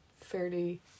fairly